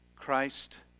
Christ